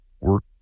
work